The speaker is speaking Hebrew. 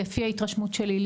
לפי ההתרשמות שלי,